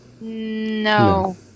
No